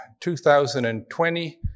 2020